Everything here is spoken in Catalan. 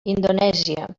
indonèsia